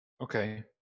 Okay